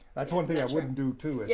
that's one thing i wouldn't do, too. yeah